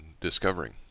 discovering